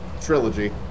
trilogy